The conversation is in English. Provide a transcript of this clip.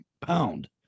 pound